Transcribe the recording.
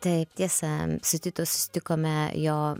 taip tiesa su titu susitikome jo